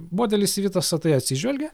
modelis į vita sa tai atsižvelgia